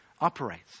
operates